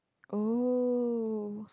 oh